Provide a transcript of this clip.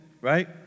right